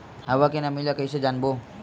हवा के नमी ल कइसे जानबो?